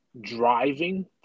driving